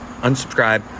unsubscribe